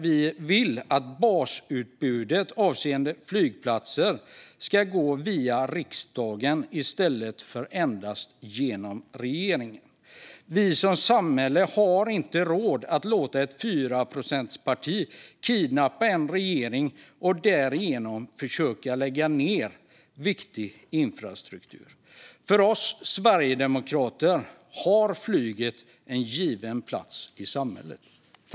Vi vill att basutbudet avseende flygplatser ska gå via riksdagen i stället för endast genom regeringen. Vi som samhälle har inte råd att låta ett fyraprocentsparti kidnappa en regering och därigenom försöka att lägga ned viktig infrastruktur. För oss sverigedemokrater har flyget en given plats i samhället.